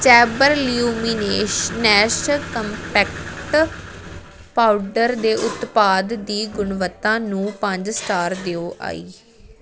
chamber ਲਿਊਮੀਨੇਸ਼ ਨੈਸ਼ compact powder ਦੇ ਉਤਪਾਦ ਦੀ ਗੁਣਵੱਤਾ ਨੂੰ ਪੰਜ ਸਟਾਰ ਦਿਓ ਆਈ